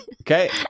Okay